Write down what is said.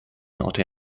naughty